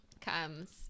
comes